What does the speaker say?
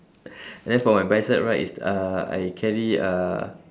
and then for my bicep right it's uh I carry uh